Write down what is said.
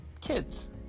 kids